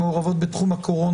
הוא נפתח לציבור.